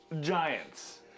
giants